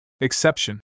Exception